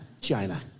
China